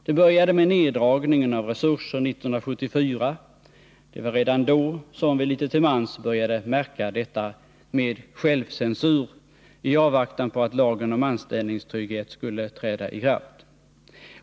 Det började med neddragningen av resurser 1974 — redan då började vi litet till mans märka detta med självcensur — i avvaktan på att lagen om anställningstrygghet skulle träda i kraft.